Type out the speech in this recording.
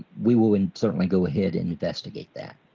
we will certainly go ahead and investigate that.